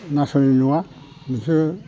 नासयनाय नङा बिसोरो